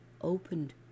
opened